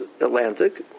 Atlantic